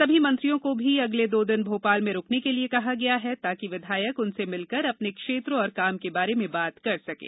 सभी मंत्रियों को भी अगले दो दिन भोपाल में रुकने के लिए कहा गया है ताकि विधायक उनसे मिलकर अपने क्षेत्र और काम के बारे में बात कर सकें